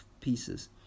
pieces